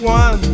one